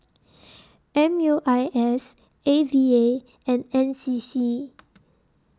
M U I S A V A and N C C